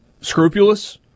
scrupulous